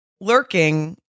lurking